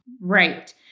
Right